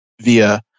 via